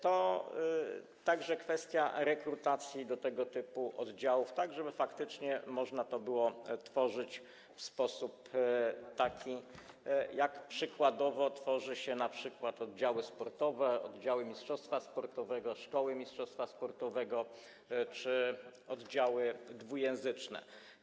To także kwestia rekrutacji do tego typu oddziałów, tak żeby faktycznie można to było tworzyć w sposób taki, jak przykładowo tworzy się np. oddziały sportowe, oddziały mistrzostwa sportowego, szkoły mistrzostwa sportowego czy oddziały dwujęzyczne.